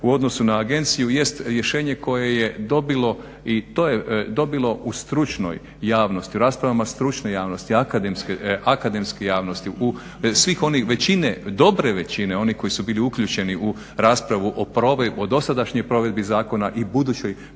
u odnosu na agenciju, jest rješenje koje je dobilo i to je dobilo u stručnoj javnosti, u raspravama stručne javnosti, akademske javnosti svih onih, većine, dobre većine onih koji su bili uključeni u raspravu o provedbi, o dosadašnjoj provedbi zakona i budućoj